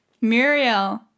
Muriel